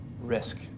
risk